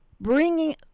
bringing